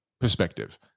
perspective